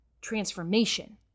transformation